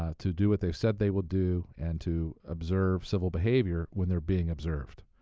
ah to do what they've said they will do and to observe civil behavior when they're being observed.